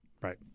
Right